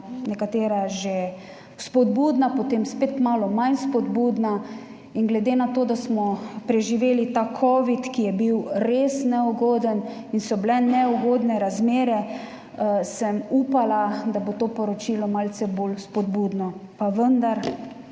nekatera že spodbudna, potem spet malo manj spodbudna, in glede na to, da smo preživeli ta covid, ki je bil res neugoden in so bile neugodne razmere, sem upala, da bo to poročilo malce bolj spodbudno, pa vendar